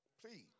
please